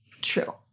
True